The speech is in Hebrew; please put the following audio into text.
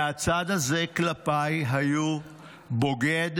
מהצד הזה, היו "בוגד,